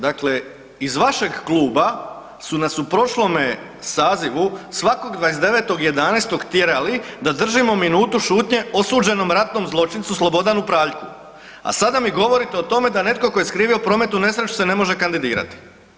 Dakle, iz vašeg kluba su nas u prošlome sazivu svakog 29.11. tjerali da držimo minutu šutnje osuđenom ratnom zločincu Slobodanu Praljku, a sada mi govorite o tome da netko tko je skrivio prometnu nesreću se ne može kandidirati.